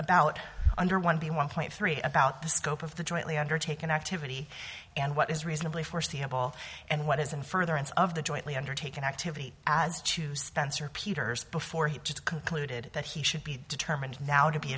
about under one b one point three about the scope of the jointly undertaken activity and what is reasonably foreseeable and what is in furtherance of the jointly undertaken activity as to spencer peters before he just concluded that he should be determined now to be